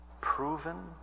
proven